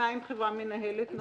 מה עם חברה מנהלת כספים?